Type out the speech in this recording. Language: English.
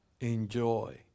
Enjoy